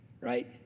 right